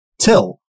till